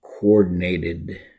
coordinated